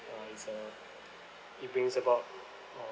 uh it's a it brings about uh